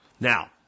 Now